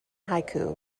haiku